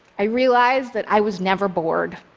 i realized that i was never bored.